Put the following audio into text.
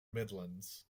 midlands